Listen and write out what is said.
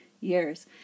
years